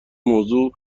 موضوع